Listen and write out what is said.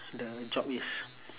the job is